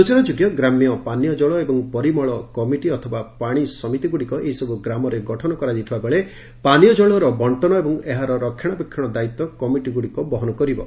ସୂଚନାଯୋଗ୍ୟ ଗ୍ରାମ୍ୟ ପାନୀୟ ଜଳ ଏବଂ ପରିମଳ କମିଟି ଅଥବା ପାଣି ସମିତିଗୁଡ଼ିକ ଏହିସବୁ ଗ୍ରାମରେ ଗଠନ କରାଯାଇଥିବାବେଳେ ପାନୀୟ କଳର ବଙ୍କନ ଏବଂ ଏହାର ରକ୍ଷଣାବେକ୍ଷଣ ଦାୟିତ୍ୱ କମିଟିଗୁଡ଼ିକ ବହନ କରିବେ